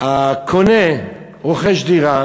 הקונה רוכש דירה,